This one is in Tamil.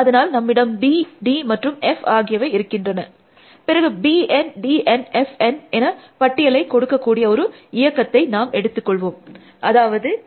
அதனால் நம்மிடம் B D மற்றும் F ஆகியவை இருக்கின்றன பிறகு B N D N F N என பட்டியலை கொடுக்கக்கூடிய ஒரு இயக்கத்தை நாம் எடுத்தது கொள்ள வேண்டும் அதாவது இது